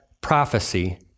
prophecy